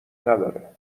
نداره